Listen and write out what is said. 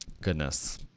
Goodness